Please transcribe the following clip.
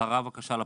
הבהרה לפרוטוקול,